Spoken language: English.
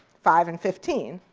five and fifteen,